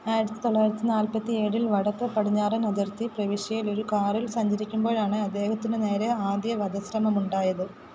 ആയിരത്തിത്തൊള്ളായിരത്തി നാൽപ്പത്തി ഏഴിൽ വടക്ക് പടിഞ്ഞാറൻ അതിർത്തി പ്രവിശ്യയിൽ ഒരു കാറിൽ സഞ്ചരിക്കുമ്പോഴാണ് അദ്ദേഹത്തിന് നേരെ ആദ്യ വധശ്രമമുണ്ടായത്